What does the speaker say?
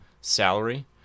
salary